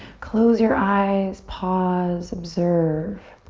close your eyes. pause, observe.